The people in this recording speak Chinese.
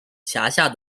辖下